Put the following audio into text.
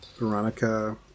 Veronica